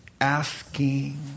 Asking